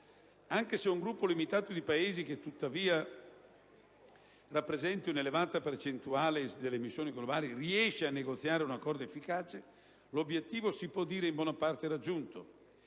Anche se un gruppo limitato di Paesi, che tuttavia rappresenta un'elevata percentuale delle emissioni globali, riesce a negoziare un accordo efficace, l'obiettivo si può dire in buona parte raggiunto.